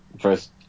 first